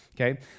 okay